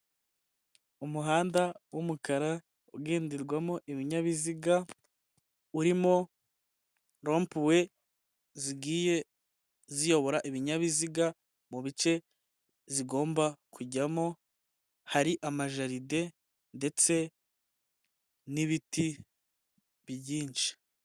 Umuhanda wumukara ugenderwamo ibinyabiziga urimo lompuwe zigiye ziyobora ibinyabiziga mu bice zigomba kujyamo hari amajalide ndetse n'ibitibi byinshi.